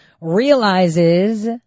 realizes